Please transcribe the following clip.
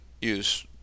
use